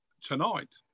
tonight